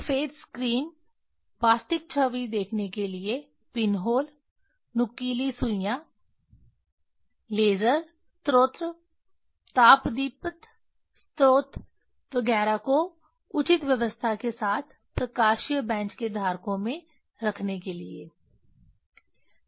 सफेद स्क्रीन वास्तविक छवि देखने के लिए पिनहोल नुकीली सुइयाँ लेज़र स्रोत तापदीप्त स्रोत वगैरह को उचित व्यवस्था के साथ प्रकाशीय बेंच के धारकों में रखने के लिए